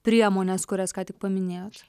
priemones kurias ką tik paminėjot